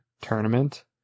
tournament